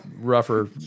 rougher